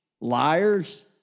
liars